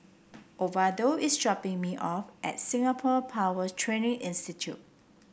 Osvaldo is dropping me off at Singapore Power Training Institute